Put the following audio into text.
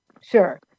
Sure